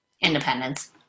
Independence